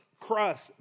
crust